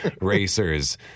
racers